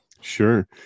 Sure